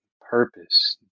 purpose